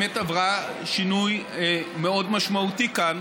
באמת עברה שינוי מאוד משמעותי כאן